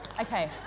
Okay